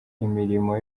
imirimo